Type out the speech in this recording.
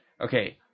Okay